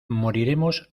moriremos